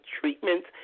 treatments